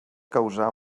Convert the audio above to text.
causar